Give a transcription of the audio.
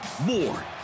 More